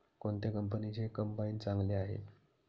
कोणत्या कंपनीचे कंबाईन चांगले आहे?